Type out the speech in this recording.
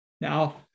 Now